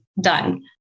done